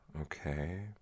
Okay